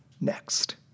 next